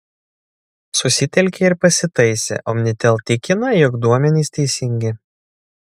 susitelkė ir pasitaisė omnitel tikina jog duomenys teisingi